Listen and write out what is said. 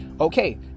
Okay